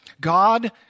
God